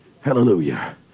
hallelujah